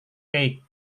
keik